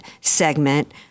segment